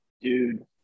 Dude